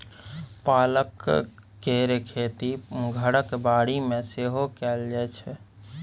पालक केर खेती घरक बाड़ी मे सेहो कएल जाइ छै